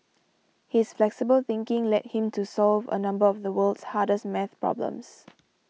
his flexible thinking led him to solve a number of the world's hardest math problems